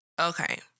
Okay